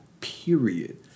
period